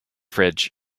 fridge